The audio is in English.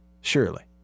Surely